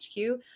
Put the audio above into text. HQ